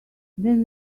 then